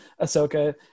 Ahsoka